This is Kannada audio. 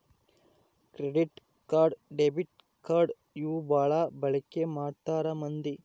ಕ್ರೆಡಿಟ್ ಕಾರ್ಡ್ ಡೆಬಿಟ್ ಕಾರ್ಡ್ ಇವು ಬಾಳ ಬಳಿಕಿ ಮಾಡ್ತಾರ ಮಂದಿ